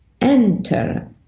enter